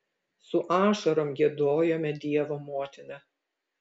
su ašarom giedojome dievo motiną